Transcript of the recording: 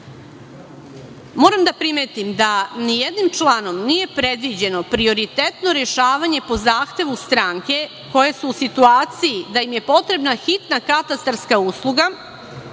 da primetim da nijednim članom nije predviđeno prioritetno rešavanje po zahtevu stranke koje su u situaciji da im je potrebna hitna katastarska usluga